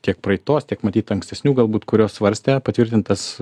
tiek praeitos tiek matyt ankstesnių galbūt kurios svarstė patvirtintas